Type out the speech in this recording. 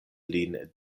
lin